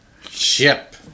Ship